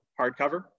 Hardcover